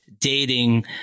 dating